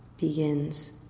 begins